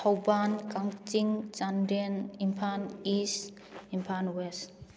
Thoubal Kakching Chandel Imphal east Imphal west